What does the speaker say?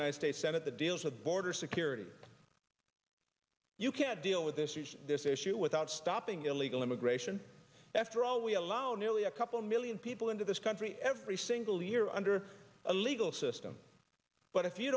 united states senate that deals with border security you can't deal with this huge this issue without stopping illegal immigration after all we allow nearly a couple million people into this country every single year under a legal system but if you